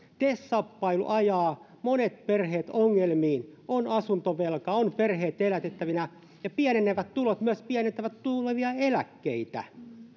tes shoppailu ajaa monet perheet ongelmiin on asuntovelkaa on perheet elätettävänä ja pienenevät tulot myös pienentävät tulevia eläkkeitä